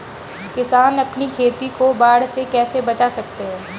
किसान अपनी खेती को बाढ़ से कैसे बचा सकते हैं?